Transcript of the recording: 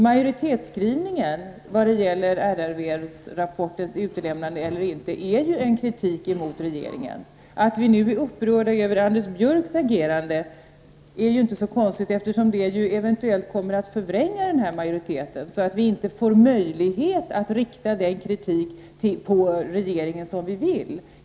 Majoritetsskrivningen vad gäller RRV-rapportens utlämnande eller ej är en kritik mot regeringen. Att vi nu är upprörda över Anders Björcks agerande är inte så konstigt, eftersom det eventuellt kommer att förvränga denna majoritet, så att vi inte får möjlighet att rikta den kritik mot regeringen som vi vill rikta.